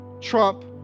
trump